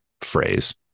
phrase